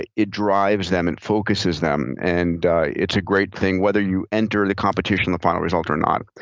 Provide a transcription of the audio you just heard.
it it drives them and focuses them, and it's a great thing, whether you enter the competition the final result or not,